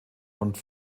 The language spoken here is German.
und